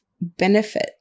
benefit